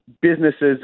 businesses